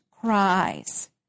cries